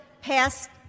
passed